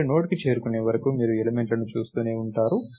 మీరు నోడ్కి చేరుకునే వరకు మీరు ఎలిమెంట్లను చూస్తూనే ఉంటారు